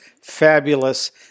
fabulous